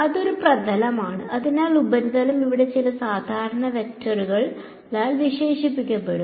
അതൊരു പ്രതലമാണ് അതിനാൽ ഉപരിതലം ഇവിടെ ചില സാധാരണ വെക്ടറുകളാൽ വിശേഷിപ്പിക്കപ്പെടും